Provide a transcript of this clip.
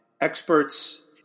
experts